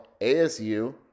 ASU